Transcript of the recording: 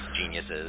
geniuses